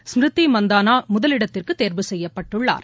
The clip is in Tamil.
ஸ்மிருதி மந்தானா முதலிடத்திற்கு தேர்வு செய்யப்பட்டுள்ளார்